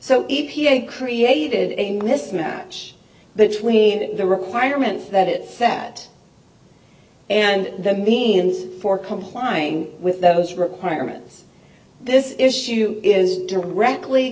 so e p a created a mismatch between the requirements that it that and the means for complying with those requirements this issue is directly